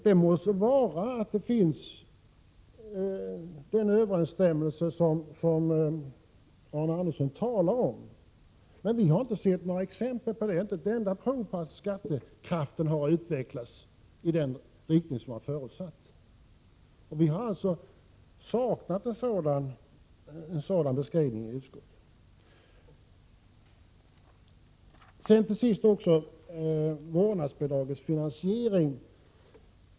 Det må så vara att den överensstämmelse som Arne Andersson talar om finns, men vi har inte sett några exempel på att skattekraften har utvecklats i den riktning som man har förutsatt. Vi har i utskottet alltså saknat en sådan beskrivning. Till sist vill jag säga något om vårdnadsbidragets finansiering.